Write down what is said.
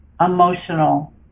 emotional